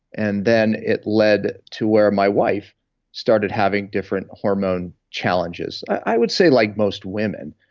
and then it led to where my wife started having different hormone challenges, i would say like most women.